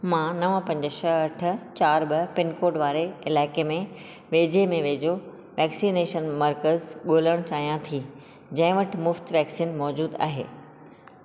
मां नव पंज छह अठ चार ॿ पिनकोड वारे इलाइके़ में वेझे में वेझो वैक्सनेशन मर्कज़ु ॻोल्हणु चाहियां थी जिंहिं वटि मुफ़्त वैक्सीन मौजूदु आहे